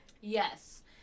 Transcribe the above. Yes